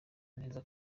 neza